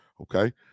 Okay